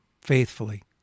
faithfully